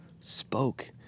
spoke